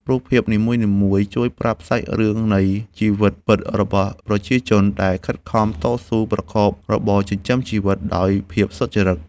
រូបភាពនីមួយៗជួយប្រាប់សាច់រឿងនៃជីវិតពិតរបស់ប្រជាជន ដែលខិតខំតស៊ូប្រកបរបរចិញ្ចឹមជីវិតដោយភាពសុចរិត។